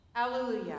Hallelujah